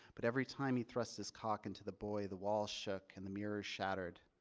but every time he thrust his cock into the boy, the wall shook and the mirror shattered.